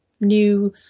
new